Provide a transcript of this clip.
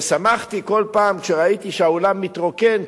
ושמחתי כל פעם כשראיתי שהאולם מתרוקן,